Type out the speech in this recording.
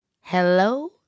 Hello